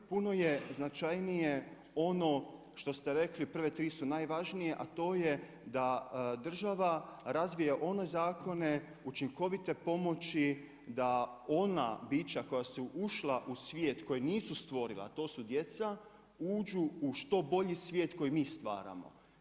Puno je značajnije ono što ste rekli, prve 3 su najvažnije, a to je da država razvija one zakone, učinkovite pomoći, da ona bića koja su ušla u svijet koji nisu stvorila, a to su djeca uđu u što bolji svijet koji mi stvaramo.